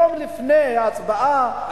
יום לפני ההצבעה,